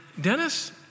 Dennis